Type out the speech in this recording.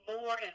more